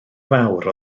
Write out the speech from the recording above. fawr